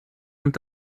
und